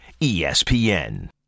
ESPN